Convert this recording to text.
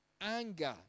anger